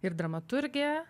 ir dramaturgė